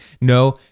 no